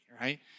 right